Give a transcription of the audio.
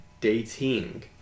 dating